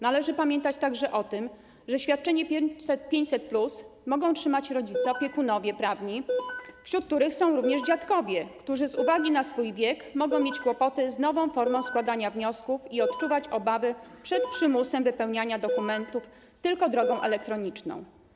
Należy pamiętać także o tym, że świadczenie 500+ mogą otrzymać rodzice, opiekunowie prawni, wśród których są również dziadkowie, którzy z uwagi na swój wiek mogą mieć kłopoty z nową formą składania wniosków i odczuwać obawy przed przymusem wypełniania dokumentów tylko drogą elektroniczną.